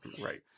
Right